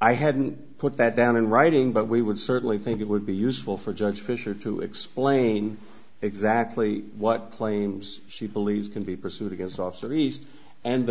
i hadn't put that down in writing but we would certainly think it would be useful for judge fisher to explain exactly what claims she believes can be pursued against off the reason and